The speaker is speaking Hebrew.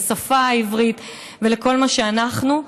לשפה העברית ולכל מה שאנחנו.